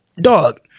dog